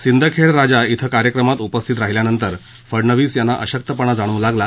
सिंदखेड राजा क्रि कार्यक्रमात उपस्थित राहिल्यानंतर फडणवीस यांना अशक्तपणा जाणवू लागला